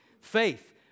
Faith